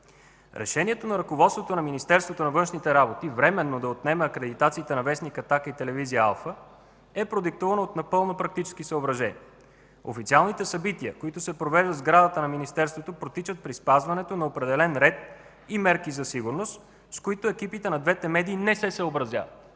Решението на ръководството на Министерството на външните работи временно да отнеме акредитациите на вестник „Атака” и телевизия „Алфа” е продиктувано от напълно практически съображения. Официалните събития, които се провеждат в сградата на Министерството, протичат при спазването на определен ред и мерки за сигурност, с които екипите на двете медии не се съобразяват.